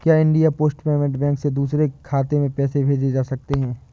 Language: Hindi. क्या इंडिया पोस्ट पेमेंट बैंक से दूसरे खाते में पैसे भेजे जा सकते हैं?